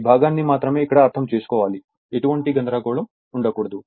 ఈ భాగాన్ని మాత్రమే ఇక్కడ అర్థం చేసుకోవాలి ఎటువంటి గందరగోళం ఉండకూడదు